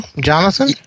Jonathan